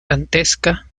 dantesca